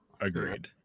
Agreed